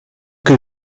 que